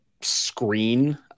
screen